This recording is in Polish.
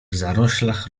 zaroślach